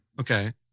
Okay